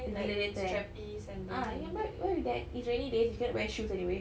gladiator eh ah remember wear with that it's rainy days you cannot wear shoes anyway